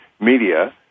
media